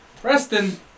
Preston